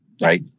right